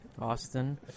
Austin